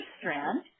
strand